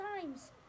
times